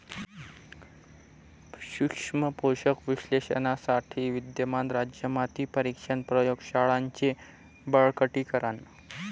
सूक्ष्म पोषक विश्लेषणासाठी विद्यमान राज्य माती परीक्षण प्रयोग शाळांचे बळकटीकरण